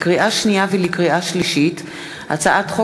לקריאה שנייה ולקריאה שלישית: הצעת חוק